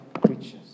creatures